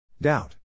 doubt